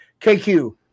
KQ